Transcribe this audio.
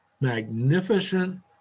magnificent